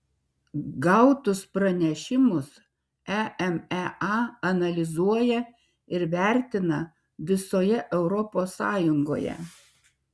gautus pranešimus emea analizuoja ir vertina visoje europos sąjungoje